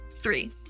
Three